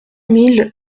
mille